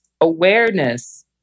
awareness